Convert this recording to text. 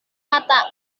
mata